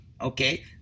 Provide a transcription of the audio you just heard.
Okay